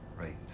Right